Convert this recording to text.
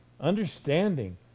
Understanding